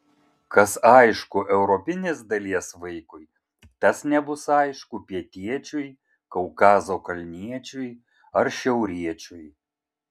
kas aišku europinės dalies vaikui tas nebus aišku pietiečiui kaukazo kalniečiui ar šiauriečiui